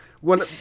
one